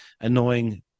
annoying